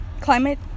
climate